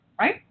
Right